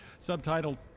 subtitled